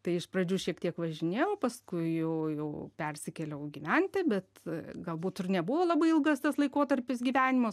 tai iš pradžių šiek tiek važinėjau paskui jau jau persikėliau gyventi bet galbūt ir nebuvo labai ilgas tas laikotarpis gyvenimo